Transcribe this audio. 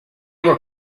were